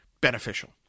beneficial